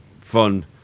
fun